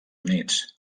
units